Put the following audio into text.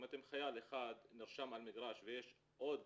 אם חייל אחד נרשם על מגרש ויש עוד